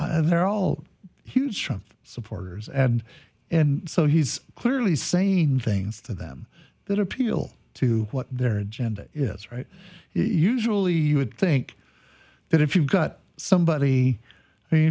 they're all huge from supporters and and so he's clearly saying things to them that appeal to what their agenda is right usually you would think that if you've got somebody